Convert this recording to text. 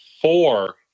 four